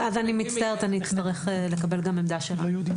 אני מצטערת, אני אצטרך לקבל גם עמדה שלנו.